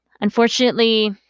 Unfortunately